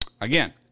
Again